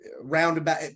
roundabout